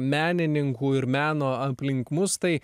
menininkų ir meno aplink mus tai